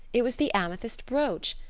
it was the amethyst brooch,